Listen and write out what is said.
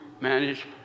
manage